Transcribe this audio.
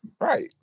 right